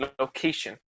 location